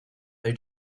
they